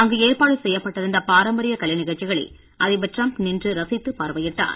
அங்கு ஏற்பாடு செய்யப்பட்டிருந்த பாரம்பரிய கலை நிகழ்ச்சிகளை அதிபர் ட்ரம்ப் நின்று ரசித்துப் பார்வையிட்டார்